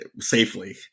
safely